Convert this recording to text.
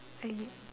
and